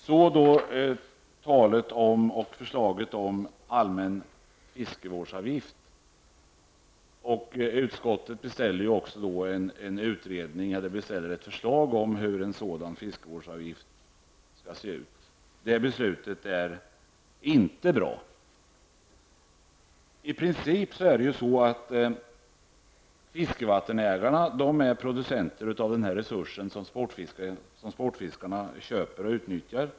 Så till förslaget om en allmän fiskevårdsavgift. Utskottet föreslår ju riksdagen att beställa ett förslag till en sådan fiskevårdsavgift. Detta utskottets förslag är inte bra. I princip är ju fiskevattenägarna producenter av den här resursen, som sportfiskarna köper och utnyttjar.